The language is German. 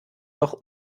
noch